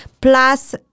Plus